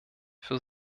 für